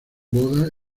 boda